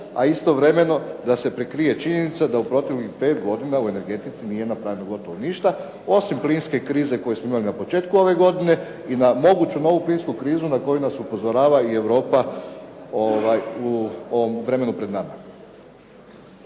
a istovremeno da se prikrije činjenica da u proteklih pet godina u energetici nije napravljeno gotovo ništa, osim plinske krize koju smo imali na početku ove godine i na moguću novu plinsku krizu na koju nas upozorava i Europa u vremenu pred nama.